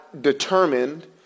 determined